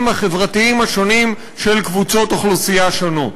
החברתיים השונים של קבוצות אוכלוסייה שונות.